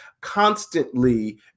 constantly